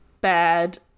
bad